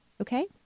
okay